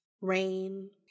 rain